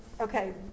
okay